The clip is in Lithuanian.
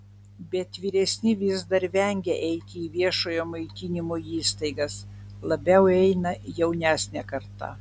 bet vyresni vis dar vengia eiti į viešojo maitinimo įstaigas labiau eina jaunesnė karta